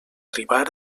arribar